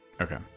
Okay